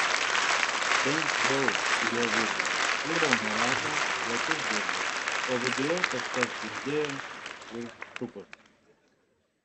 bent jau į jo vidų ėjo nuo rato platus diržas o viduje kažkas dundėjo ir sukosi